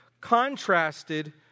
contrasted